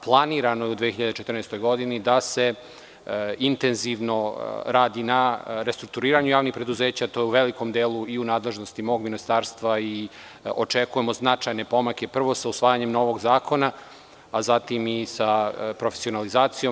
Planirano je u 2014. godini da se intenzivno radi na restrukturiranju javnih preduzeća u velikom delu i u nadležnosti mog ministarstva i očekujem značajne pomake, prvo sa usvajanjem novog zakona, a zatim i sa profesionalizacijom.